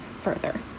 further